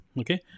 Okay